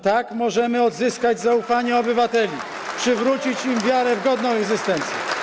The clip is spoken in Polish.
Tak możemy odzyskać zaufanie obywateli, przywrócić im wiarę w godną egzystencję.